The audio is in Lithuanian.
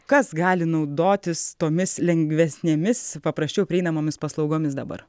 kas gali naudotis tomis lengvesnėmis paprasčiau prieinamomis paslaugomis dabar